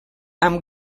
amb